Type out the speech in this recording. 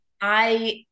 I-